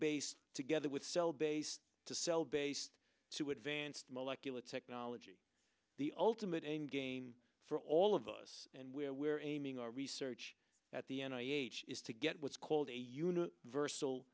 based together with cell based to cell based to advanced molecular technology the ultimate end game for all of us and where we're aiming our research at the end i h is to get what's called a you know versatile